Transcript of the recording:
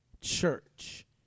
church